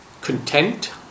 content